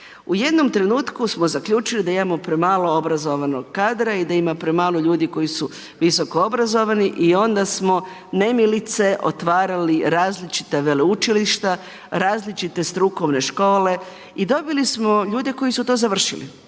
U jednom trenutku smo zaključili da imamo premalo obrazovanog kadra i da ima premalo ljudi koji su visokoobrazovani i onda smo nemilice otvarali različita veleučilišta, različite strukovne škole i dobili smo ljude koji su to završili,